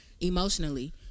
emotionally